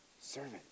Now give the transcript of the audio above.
servant